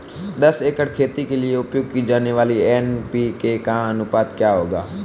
दस एकड़ खेती के लिए उपयोग की जाने वाली एन.पी.के का अनुपात क्या होगा?